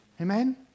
Amen